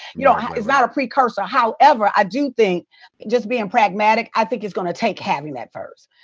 you know, it's not a precursor. however i do think just bein' pragmatic, i think it's gonna take having that first,